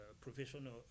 professional